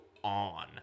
On